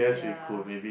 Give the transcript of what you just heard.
ya